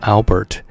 Albert